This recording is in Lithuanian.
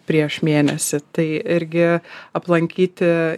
prieš mėnesį tai irgi aplankyti